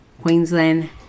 Queensland